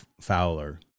Fowler